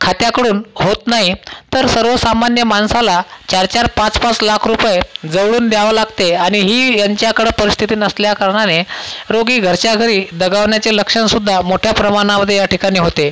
खात्याकडून होत नाही तर सर्वसामान्य माणसाला चारचार पाचपाच लाख रुपये जवळून द्यावं लागते आणि ही यांच्याकडं परिस्थिती नसल्याकारणाने रोगी घरच्या घरी दगावण्याचे लक्षणसुद्धा मोठ्या प्रमाणामध्ये या ठिकाणी होते